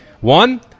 One